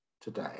today